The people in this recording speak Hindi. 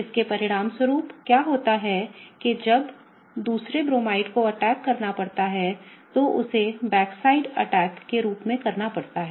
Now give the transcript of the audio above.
जिसके परिणामस्वरूप क्या होता है जब दूसरे ब्रोमाइड को अटैक करना पड़ता है तो उसे बैकसाइड अटैक के रूप में करना पड़ता है